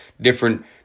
different